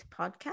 podcast